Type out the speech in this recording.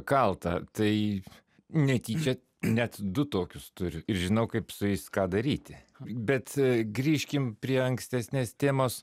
kaltą tai netyčia net du tokius turiu žinau kaip su jais ką daryti bet grįžkim prie ankstesnės temos